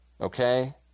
okay